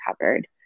covered